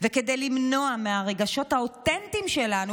וכדי למנוע מהרגשות האותנטיים שלנו,